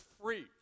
free